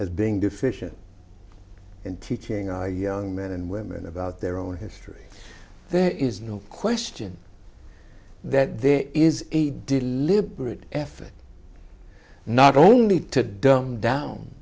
as being deficient in teaching our young men and women about their own history there is no question that there is a deliberate effort not only to dumb down